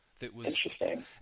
Interesting